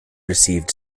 received